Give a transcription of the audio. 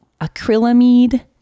acrylamide